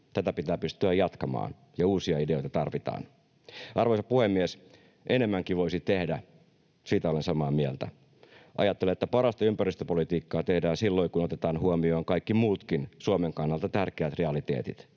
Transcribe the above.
Tätä pitää pystyä jatkamaan, ja uusia ideoita tarvitaan. Arvoisa puhemies! Enemmänkin voisi tehdä, siitä olen samaa mieltä. Ajattelen, että parasta ympäristöpolitiikkaa tehdään silloin, kun otetaan huomioon kaikki muutkin Suomen kannalta tärkeät realiteetit.